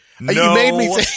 No